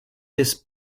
des